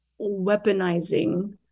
weaponizing